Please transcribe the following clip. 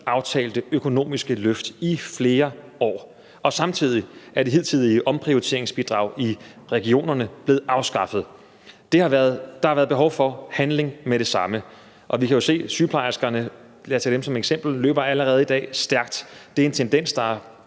største økonomiske løft i flere år. Samtidig er det hidtidige omprioriteringsbidrag i regionerne blevet afskaffet. Der har været behov for handling med det samme. Lad os tage sygeplejerskerne som eksempel. Vi kan jo se, at de allerede i dag løber stærkt. Det er en tendens, der er